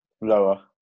Lower